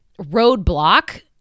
roadblock